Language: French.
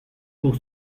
pour